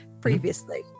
previously